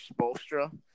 Spolstra